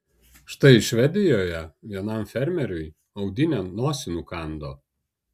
štai švedijoje vienam fermeriui audinė nosį nukando